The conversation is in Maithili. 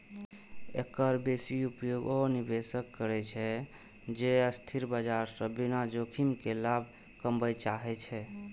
एकर बेसी प्रयोग ओ निवेशक करै छै, जे अस्थिर बाजार सं बिना जोखिम के लाभ कमबय चाहै छै